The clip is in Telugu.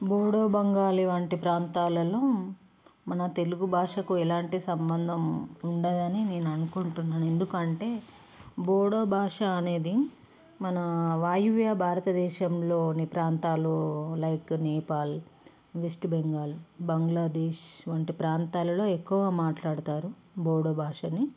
బోడో బెంగాలి వంటి ప్రాంతాలలో మన తెలుగు భాషకు ఎలాంటి సంబంధం ఉండదనే నేననుకుంటున్నాను ఎందుకంటే బోడో భాష అనేది మన వాయువ్య భారత దేశంలోని ప్రాంతాలు లైక్ నేపాల్ వెస్ట్ బెంగాల్ బంగ్లాదేశ్ వంటి ప్రాంతాలలో ఎక్కువ మాట్లాడుతారు బోడో భాషని